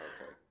Okay